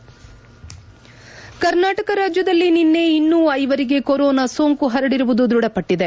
head Karnataka ರಾಜ್ಯದಲ್ಲಿ ನಿನ್ನೆ ಇನ್ನೂ ಐವರಿಗೆ ಕೊರೋನಾ ಸೋಂಕು ಹರಡಿರುವುದು ದೃಢಪಟ್ಟದೆ